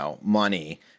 money